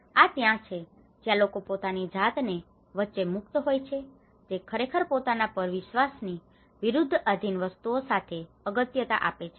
તેથી આ ત્યાં છે જ્યાં લોકો પોતાની જાત ને વચ્ચે મુક્ત હોય છે જે ખરેખર પોતાના પર વિશ્વાસ ની વિરુધ્ધ આધીન વસ્તુઓ સાથે અગત્યતા આપે છે